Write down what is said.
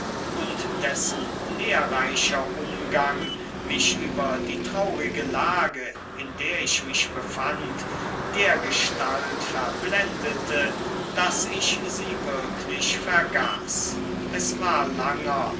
und dessen lehrreicher umgang mich über die traurige lage in der ich mich befand dergestalt verblendete daß ich sie wirklich vergaß es war langer